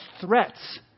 threats